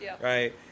right